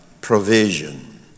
provision